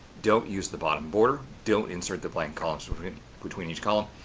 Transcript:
don't use the bottom border, don't insert the blank column so between between each column.